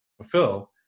fulfill